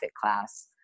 class